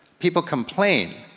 people complain,